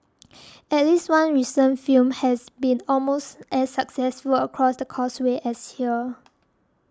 at least one recent film has been almost as successful across the Causeway as here